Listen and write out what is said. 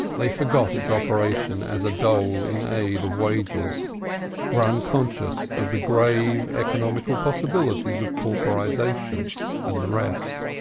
they forgot its operation as a dole in aid of wages were unconscious of the grave economical possibilities of pauperization and the rest,